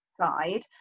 side